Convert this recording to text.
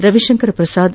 Ravishankar Prasad